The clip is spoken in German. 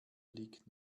liegt